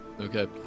Okay